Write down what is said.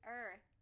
earth